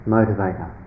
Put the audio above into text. Motivator